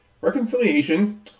Reconciliation